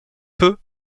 peu